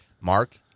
Mark